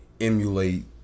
emulate